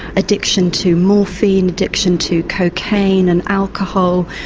addiction to morphine, addiction to cocaine and alcohol.